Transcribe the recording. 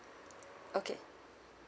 okay